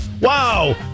Wow